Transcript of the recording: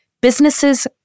businesses